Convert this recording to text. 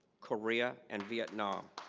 korea, and vietnam,